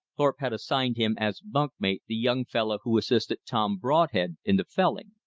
thorpe had assigned him as bunk mate the young fellow who assisted tom broadhead in the felling.